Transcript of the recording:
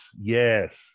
yes